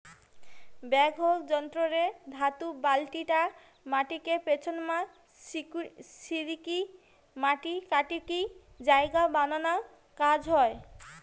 backhoe যন্ত্র রে ধাতু বালতিটা মাটিকে পিছনমা সরিকি মাটি কাটিকি জায়গা বানানার কাজ হয়